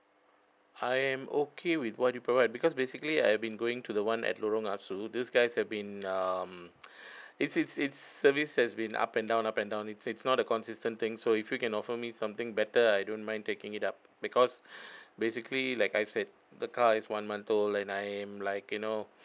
I am okay with what you provide because basically I've been going to the one at lorong asu these guys have been um it's it's it's service has been up and down up and down it's it's not a consistent thing so if you can offer me something better I don't mind taking it up because basically like I said the car is one month old and I am like you know